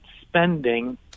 spending